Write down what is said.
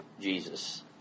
Jesus